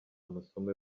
amasomo